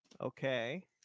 Okay